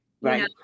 Right